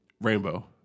Rainbow